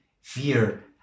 fear